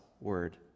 word